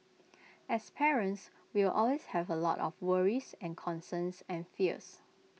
as parents we will always have A lot of worries and concerns and fears